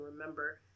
remember